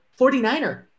49er